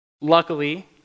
Luckily